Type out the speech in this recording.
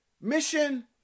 Mission